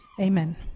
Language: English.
Amen